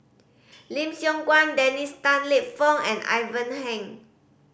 Lim Siong Guan Dennis Tan Lip Fong and Ivan Heng